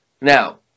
Now